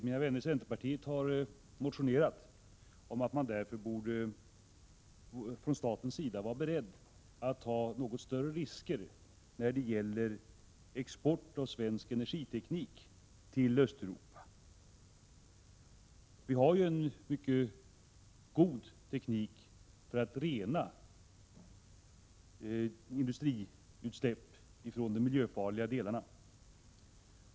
Våra vänner i centerpartiet har motionerat att man därför från statens sida borde vara beredd att ta något större risker när det gäller export av svensk energiteknik till Östeuropa. Vi har mycket god teknik för att rena industriutsläpp från de miljöfarliga delarna.